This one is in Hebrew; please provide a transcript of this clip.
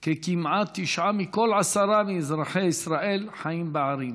כי כמעט תשעה מכל עשרה מאזרחי ישראל חיים בערים.